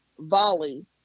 Volley